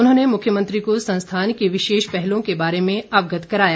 उन्होंने मुख्यमंत्री को संस्थान की विशेष पहलों के बारे में अवगत कराया